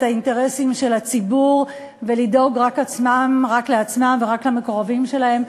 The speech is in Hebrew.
האינטרסים של הציבור ולדאוג רק לעצמם ורק למקורבים שלהם.